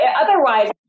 otherwise